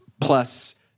plus